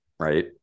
right